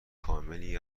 کاملی